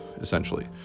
essentially